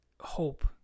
hope